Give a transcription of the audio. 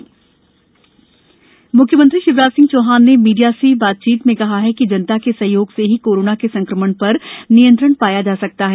मख्यमंत्री कोरोना मुख्यमंत्री शिवराज सिंह चौहान ने मिडिया से बातचीत में कहा कि जनता के सहयोग से ही कोरोना के संक्रमण पर नियंत्रण पाया जा सकता है